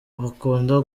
bakunda